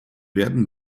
werden